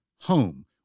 Home